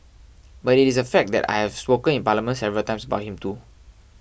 but it is a fact that I have spoken in Parliament several times about him too